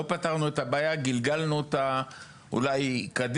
לא פתרנו את הבעיה, אלא אולי גלגלנו אותה קדימה.